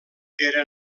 era